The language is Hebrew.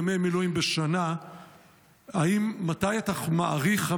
ימי מילואים בשנה לאנשי המילואים,